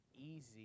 easy